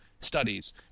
studies